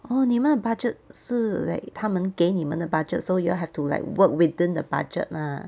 orh 你们 budget 是 like 他们给你们的 budget so you have to like work within the budget lah